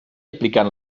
aplicant